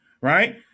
right